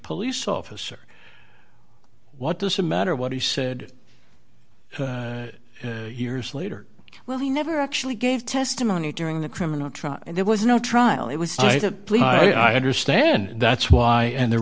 police officer what does the matter what he said years later well he never actually gave testimony during the criminal trial and there was no trial it was a plea i understand that's why and the